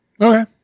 Okay